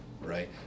right